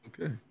okay